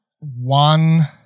one